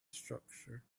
structure